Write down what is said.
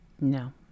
No